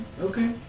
okay